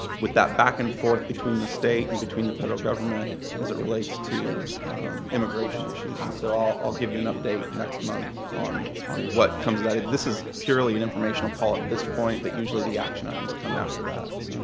with that back and forth between the state and between the federal government as it relates to immigration issues. and so i'll give you an update next month on on what comes of that. this is purely an informational call at this point, but usually the action items come after that, so.